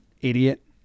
idiot